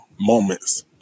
moments